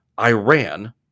Iran